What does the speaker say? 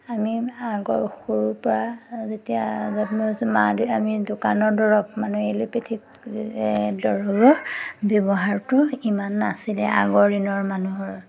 আমি আগৰ সৰুৰপৰা যেতিয়া জন্ম হৈছোঁ মা দি আমি দোকানৰ দৰৱ মানে এল'পেথিক দৰৱৰ ব্যৱহাৰটো ইমান নাছিলে আগৰ দিনৰ মানুহৰ